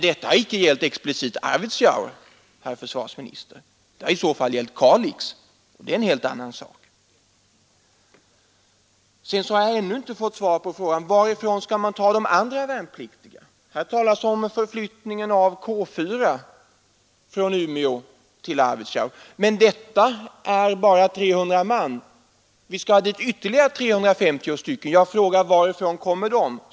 Det har inte gällt exklusivt Arvidsjaur, herr försvarsminister. Det har gällt Kalix, och det är en helt annan sak. Jag har ännu inte fått svar på frågan: Varifrån skall man ta de andra värnpliktiga? Det talas om förflyttningen av K4 från Umeå till Arvidsjaur, men det är bara 300 man. Vi skall ha dit ytterligare 350 stycken. Varifrån kommer de?